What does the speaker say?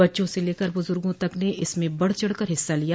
बच्चों से लेकर बुजुर्गों तक ने इसमें बढ़ चढ़कर हिस्सा लिया